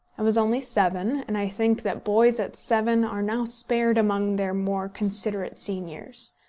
i was only seven, and i think that boys at seven are now spared among their more considerate seniors.